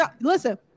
Listen